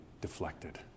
deflected